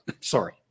Sorry